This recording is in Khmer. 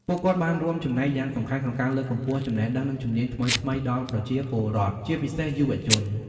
ពួកគាត់បានរួមចំណែកយ៉ាងសំខាន់ក្នុងការលើកកម្ពស់ចំណេះដឹង និងជំនាញថ្មីៗដល់ប្រជាពលរដ្ឋ ជាពិសេសយុវជន។